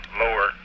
lower